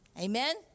Amen